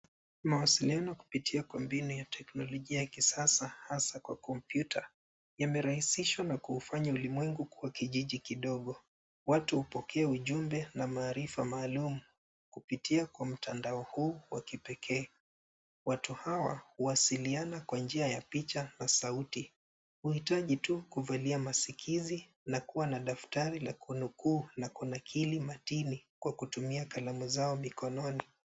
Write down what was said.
Mawasiliano kupitia kwa mbinu ya teknolojia ya kisasa hasa kwa kompyuta imerahisisha na kufanya ulimwengu kuwa kijiji kidogo. Watu hupokea ujumbe na maarifa maalum kupitia kwa mtandao huu wa kipekee. Watu hawa huwasiliana kwa njia ya picha na sauti, huhitaji tu kuvalia masikizi na kuwa na daftari la kunukuu na kunakili matini na kutumia kalamu zao mikononi.